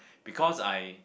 because I